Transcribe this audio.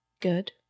good